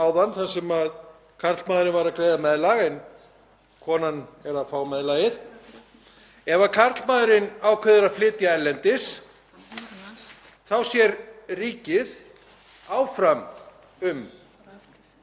þá sér ríkið áfram um að rukka meðlagið og er með sérstaka samninga við önnur lönd um slíkt.